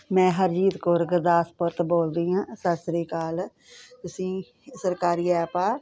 ਮੈਂ ਹਰਜੀਤ ਕੌਰ ਗੁਰਦਾਸਪੁਰ ਤੋਂ ਬੋਲਦੀ ਹਾਂ ਸਤਿ ਸ਼੍ਰੀ ਅਕਾਲ ਤੁਸੀਂ ਸਰਕਾਰੀ ਐਪ ਆ